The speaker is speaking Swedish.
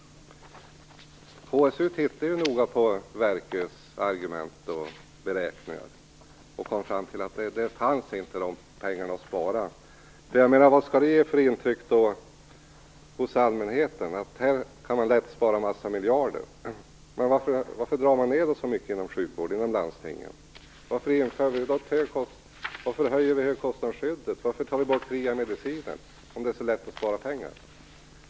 HSU tittade ju noga på Werkös argument och beräkningar och kom fram till att det inte fanns några pengar att spara. Vad skall det ge för intryck hos allmänheten om man säger att här går det lätt att spara en massa miljarder? Varför drar man då ned så mycket inom sjukvården i landstingen, varför höjer vi högkostnadsskyddet och varför tar vi bort de fria medicinerna, om det är så lätt att spara pengar?